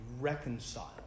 reconciled